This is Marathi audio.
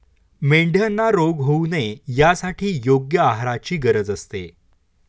मेंढ्यांना रोग होऊ नये यासाठी योग्य आहाराची गरज असते